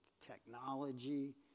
technology